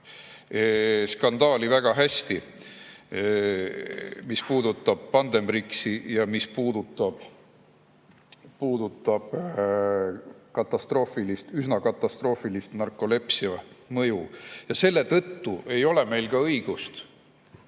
skandaali väga hästi, mis puudutab Pandemrixi ja mis puudutab üsna katastroofilist narkolepsia mõju. Selle tõttu ei ole meil ka õigust